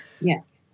Yes